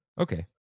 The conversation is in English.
Okay